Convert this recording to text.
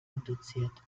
induziert